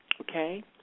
okay